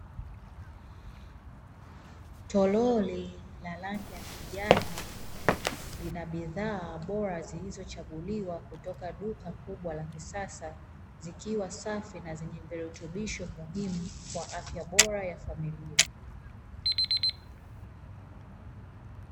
Tolori la rangi ya kijani lina bidhaa bora zilizochaguliwa kutoka duka kubwa la kisasa zikiwa safi na zenye virutubisho muhimu kwa afya bora ya familia.